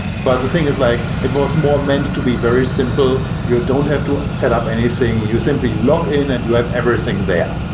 but the thing is like it was more meant to be very simple. you don't have to set up anything. you simply log in and you have everything there.